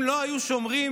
אם לא היו שם שומרים,